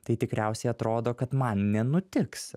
tai tikriausiai atrodo kad man nenutiks